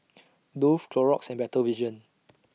Dove Clorox and Better Vision